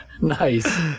nice